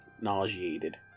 nauseated